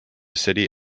city